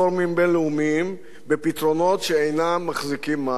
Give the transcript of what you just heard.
בין-לאומיים בפתרונות שאינם מחזיקים מים.